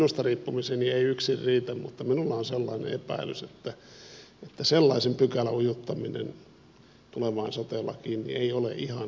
minusta riippumiseni ei yksin riitä mutta minulla on sellainen epäilys että sellaisen pykälän ujuttaminen tulevaan sote lakiin ei ole ihan helppo harjoitus